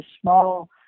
small